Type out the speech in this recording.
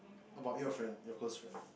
about your friend your close friend